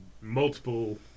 multiple